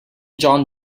john